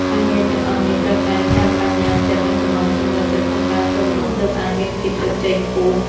ការងារទាំងអស់នេះត្រូវការការប្តេជ្ញាចិត្ត និងចំណង់ចំណូលចិត្តក្នុងការធ្វើម្ហូបទើបអាចមានភាពជោគជ័យខ្ពស់។